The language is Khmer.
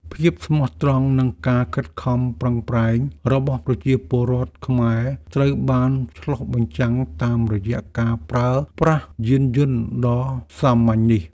ភាពស្មោះត្រង់និងការខិតខំប្រឹងប្រែងរបស់ប្រជាពលរដ្ឋខ្មែរត្រូវបានឆ្លុះបញ្ចាំងតាមរយៈការប្រើប្រាស់យានយន្តដ៏សាមញ្ញនេះ។